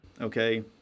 okay